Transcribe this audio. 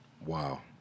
Wow